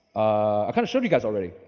i kind of showed you guys already.